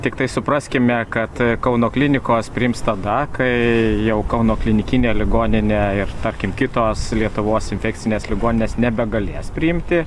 tiktai supraskime kad kauno klinikos priims tada kai jau kauno klinikinė ligoninė ir tarkim kitos lietuvos infekcinės ligoninės nebegalės priimti